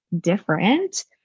different